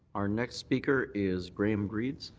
our next speaker is graham greeds.